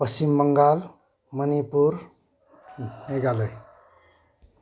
Paschim Bangal Manipur Meghalaya